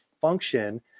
function